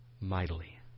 mightily